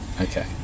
Okay